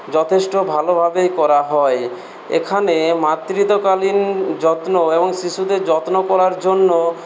যথেষ্ট ভালোভাবেই করা হয় এখানে মাতৃত্বকালীন যত্ন এবং শিশুদের যত্ন করার জন্য